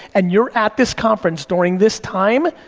and you're at this conference during this time,